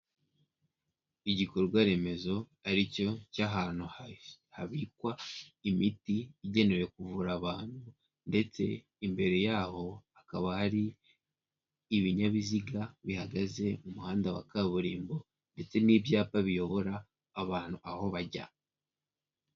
Igikorwa remezo aricyo cy'ahantu habikwa imiti igenewe kuvura abantu ndetse imbere yaho hakaba hari ibinyabiziga bihagaze mu muhanda wa kaburimbo ndetse n'ibyapa biyobora abantu aho bajya.